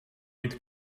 být